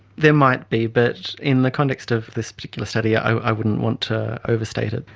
there might be, but in the context of this particular study i wouldn't want to overstate it.